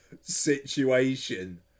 situation